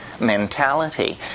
Mentality